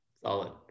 Solid